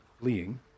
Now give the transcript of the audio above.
fleeing